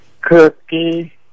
Cookie